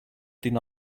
deny